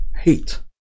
hate